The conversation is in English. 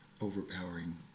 overpowering